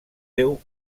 déu